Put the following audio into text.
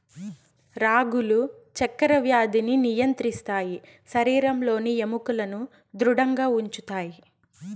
రాగులు చక్కర వ్యాధిని నియంత్రిస్తాయి శరీరంలోని ఎముకలను ధృడంగా ఉంచుతాయి